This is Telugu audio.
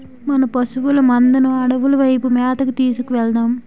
మన పశువుల మందను అడవుల వైపు మేతకు తీసుకు వెలదాం